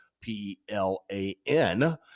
P-L-A-N